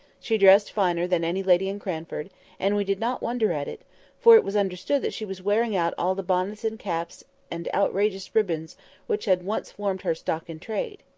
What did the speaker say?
she dressed finer than any lady in cranford and we did not wonder at it for it was understood that she was wearing out all the bonnets and caps and outrageous ribbons which had once formed her stock-in-trade.